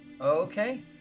Okay